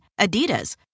Adidas